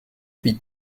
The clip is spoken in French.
huit